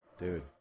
dude